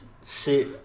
sit